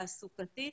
תעסוקתית